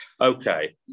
Okay